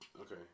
Okay